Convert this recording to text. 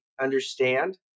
understand